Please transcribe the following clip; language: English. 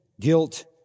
guilt